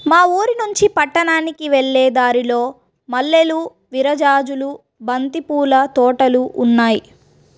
మా ఊరినుంచి పట్నానికి వెళ్ళే దారిలో మల్లెలు, విరజాజులు, బంతి పూల తోటలు ఉన్నాయ్